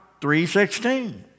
3.16